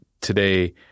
today